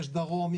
יש דרום,